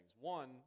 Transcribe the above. One